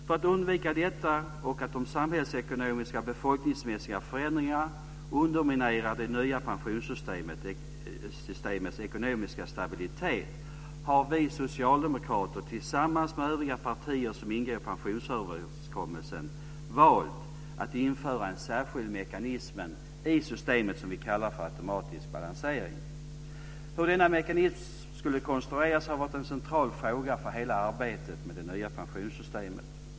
För att undvika detta och att de samhällsekonomiska och befolkningsmässiga förändringarna underminerar det nya pensionssystemets ekonomiska stabilitet har vi socialdemokrater tillsammans med övriga partier som ingår i pensionsöverenskommelsen valt att införa en särskild mekanism i systemet som vi kallar för automatisk balansering. Hur denna mekanism skulle konstrueras har varit en central fråga för hela arbetet med det nya pensionssystemet.